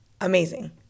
amazing